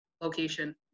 location